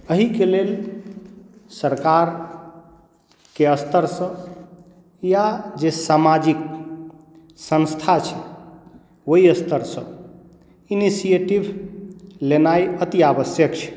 एहिके लेल सरकारके स्तरसँ या जे सामाजिक सँस्था छै ओहि स्तरसँ इनिशिएटिव लेनाइ अति आवश्यक छै